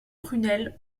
prunelle